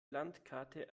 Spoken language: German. landkarte